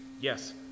yes